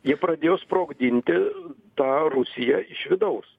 jie pradėjo sprogdinti tą rusiją iš vidaus